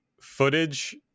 footage